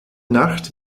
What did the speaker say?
nacht